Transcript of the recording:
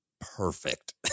perfect